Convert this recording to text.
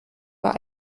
war